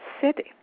City